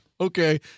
okay